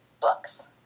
books